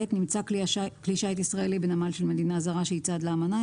נמצא כלי שיט ישראלי בנמל של מדינה זרה שהיא צד לאמנה,